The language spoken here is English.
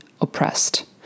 oppressed